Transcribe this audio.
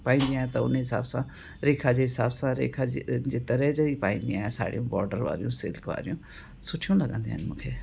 पाईंदी आहियां त उन जे ई हिसाब सां रेखा जे हिसाब सां रेखा जे तरह जी ई पाईंदी आहियां साड़ियूं बॉर्डर वारियूं सिल्क वारियूं सुठियूं लॻंदियूं आहिनि उहे